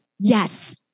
Yes